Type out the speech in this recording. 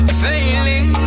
failing